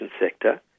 sector